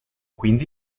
quindi